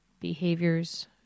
behaviors